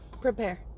prepare